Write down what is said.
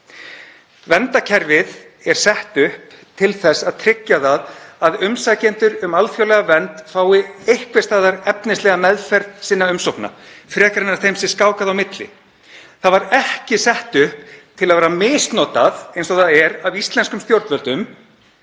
Verndarkerfið er sett upp til að tryggja að umsækjendur um alþjóðlega vernd fái einhvers staðar efnislega meðferð sinna umsókna frekar en að þeim sé skákað á milli. Það var ekki sett upp til að vera misnotað eins og gert er af íslenskum stjórnvöldum